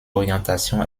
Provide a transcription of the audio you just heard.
orientation